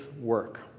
work